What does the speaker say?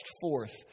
forth